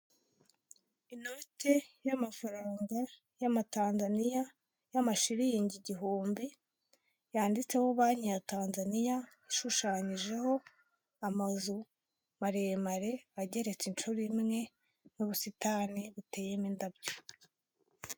Inoti y'amafaranga y'amatanzaniya y'amashiringi igihumbi, yanditseho banki ya Tanzania, ashushanyijeho amazu maremare ageretse inshuro imwe n'ubusitani buteyemo indabyo.